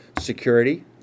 security